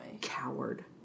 Coward